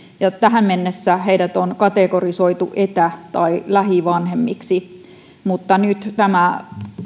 ja tähän mennessä heidät on kategorisoitu etä tai lähivanhemmiksi mutta nyt tämä